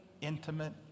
intimate